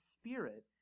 spirit